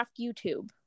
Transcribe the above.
YouTube